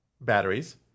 batteries